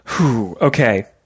Okay